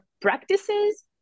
practices